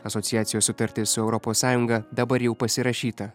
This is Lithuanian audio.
asociacijos sutartis su europos sąjunga dabar jau pasirašyta